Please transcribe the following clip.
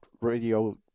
radio